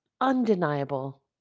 undeniable